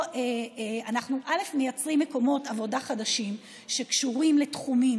אנחנו מייצרים מקומות עבודה חדשים שקשורים לתחומים